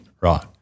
Right